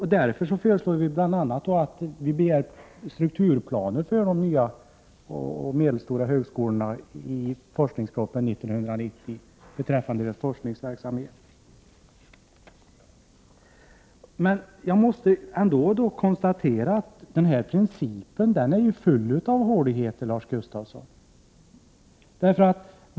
Därför begär vpk att det skall finnas strukturplaner för de nya medelstora högskolorna i forskningspropositionen 1990 beträffande forskningsverksamheten. Jag måste konstatera att den här principen är full av håligheter, Lars Gustafsson.